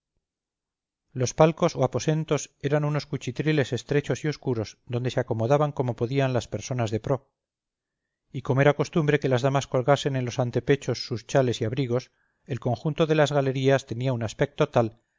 los palcos o aposentos eran unos cuchitriles estrechos y oscuros donde se acomodaban como podían las personas de pro y como era costumbre que las damas colgasen en los antepechos sus chales y abrigos el conjunto de las galerías tenía un aspecto tal